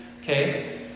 okay